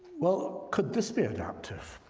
well, could this be adaptive?